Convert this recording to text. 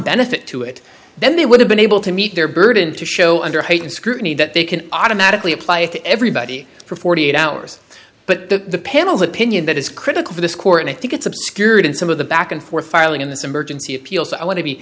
benefit to it then they would have been able to meet their burden to show under heightened scrutiny that they can automatically apply to everybody for forty eight hours but the panel's opinion that is critical to this court and i think it's obscured some of the back and forth filing in this emergency appeal so i want to be